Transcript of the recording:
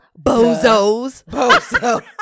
bozos